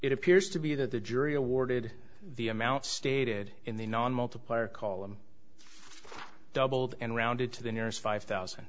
it appears to be that the jury awarded the amount stated in the non multiplier call them doubled and rounded to the nearest five thousand